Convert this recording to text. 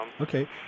Okay